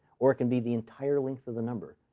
or it can be the entire length of the number,